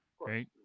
Right